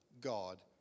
God